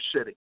city